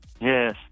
Yes